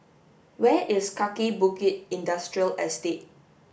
where is Kaki Bukit Industrial Estate